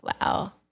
Wow